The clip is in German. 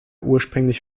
ursprünglich